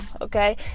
Okay